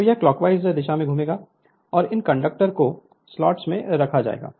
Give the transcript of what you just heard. तो यह क्लॉकवाइज दिशा में घूमेगा और इन कंडक्टर को स्लॉट्स में रखा जाएगा